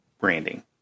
branding